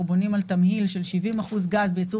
אנחנו בונים על תמהיל של 70% גז בייצור